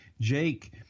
Jake